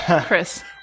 Chris